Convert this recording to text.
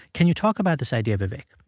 can you talk about this idea, vivek?